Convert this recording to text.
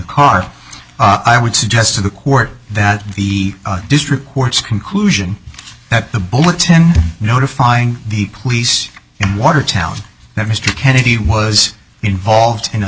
car i would suggest to the court that the district court's conclusion that the bulletin notifying the police in watertown that mr kennedy was involved in a